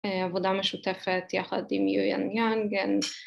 ‫עבודה משותפת יחד עם יויאן יאנגן.